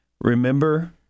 remember